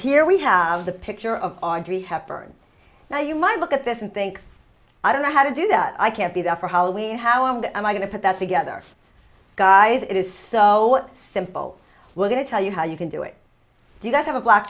here we have the picture of audrey hepburn now you might look at this and think i don't know how to do that i can't be there for how we how and am i going to put that together guys it is so simple we're going to tell you how you can do it do you have a black